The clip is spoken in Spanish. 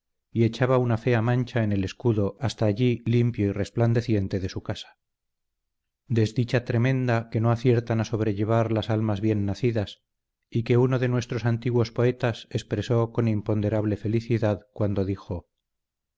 y echaba una fea mancha en el escudo hasta allí limpio y resplandeciente de su casa desdicha tremenda que no aciertan a sobrellevar las almas bien nacidas y que uno de nuestros antiguos poetas expresó con imponderable felicidad cuando dijo